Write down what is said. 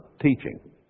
teaching